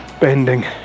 bending